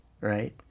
right